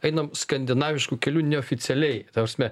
einame skandinavišku keliu neoficialiai ta prasme